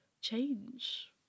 change